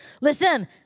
Listen